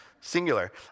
singular